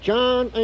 John